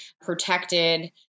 protected